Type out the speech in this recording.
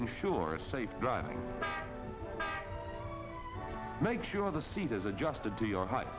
ensure safe driving make sure the seat is adjusted to your heigh